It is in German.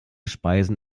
speisen